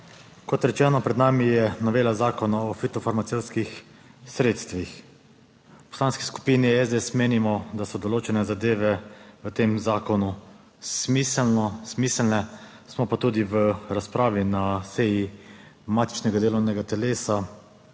Kot rečeno, pred nami je novela Zakona o fitofarmacevtskih sredstvih. V Poslanski skupini SDS menimo, da so določene zadeve v tem zakonu smiselne, smo pa tudi v razpravi na seji matičnega delovnega telesa